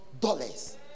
dollars